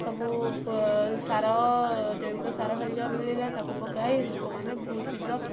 ସବୁ ସାର ଯେଉଁ ତ ସାର ହେରିକା ମିଳିଲା ତାକୁ ପକାଇ ଲୋକମାନେ ବହୁ ଶୀଘ୍ର